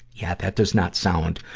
yeah, that does not sound,